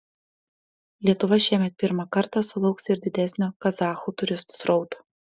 lietuva šiemet pirmą kartą sulauks ir didesnio kazachų turistų srauto